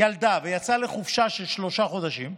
ילדה ויצאה לחופשה של שלושה חודשים,